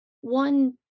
one